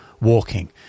walking